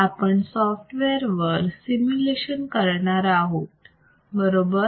आपण सॉफ्टवेअर वर सिमुलेशन करणार आहोत बरोबर